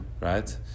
right